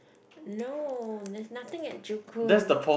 no there's nothing at joo koon